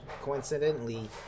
coincidentally